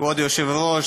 כבוד היושב-ראש,